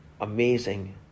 amazing